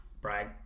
Brag